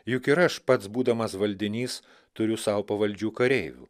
juk ir aš pats būdamas valdinys turiu sau pavaldžių kareivių